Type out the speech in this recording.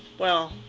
well,